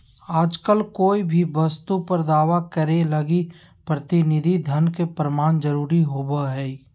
आजकल कोय भी वस्तु पर दावा करे लगी प्रतिनिधि धन के प्रमाण जरूरी होवो हय